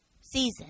season